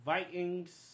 Vikings